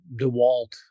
DeWalt